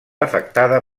afectada